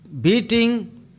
beating